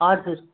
हजुर